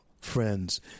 friends